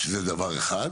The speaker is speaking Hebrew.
שזה דבר אחד.